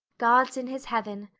god's in his heaven,